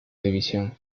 división